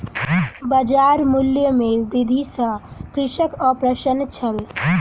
बजार मूल्य में वृद्धि सॅ कृषक अप्रसन्न छल